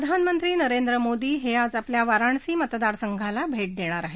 प्रधानमंत्री नरेन्द्र मोदी हे आज आपल्या वाराणसी मतदारसंघाला भे देणार आहेत